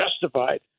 justified